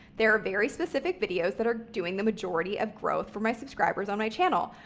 there are very specific videos that are doing the majority of growth for my subscribers on my channel.